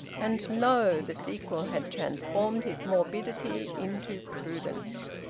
and lo! the sequel had transformed his morbidity into prudence.